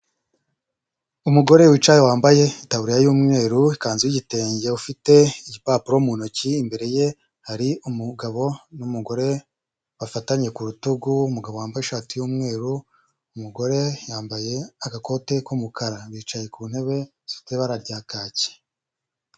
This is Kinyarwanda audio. Umugore wicaye wambaye itaburiya y'umweru ikanzu y'igitenge ufite igipapuro mu ntoki imbere ye hari umugabo n'umugore bafatanye ku rutugu, umugabo wambaye ishati yu'mweru umugore yambaye agakoti k'umukara bicaye ku ntebe z'fite ibara rya kake.